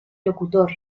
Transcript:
locutor